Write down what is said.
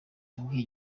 yabwiye